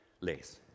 less